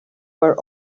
were